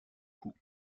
coup